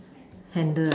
handle ah